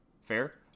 Fair